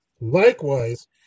Likewise